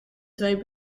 twee